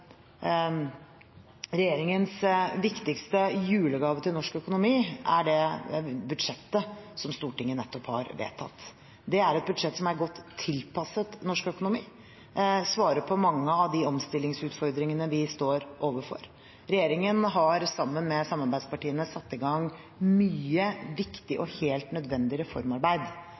et budsjett som er godt tilpasset norsk økonomi, og som svarer på mange av de omstillingsutfordringene vi står overfor. Regjeringen har, sammen med samarbeidspartiene, satt i gang mye viktig og helt nødvendig reformarbeid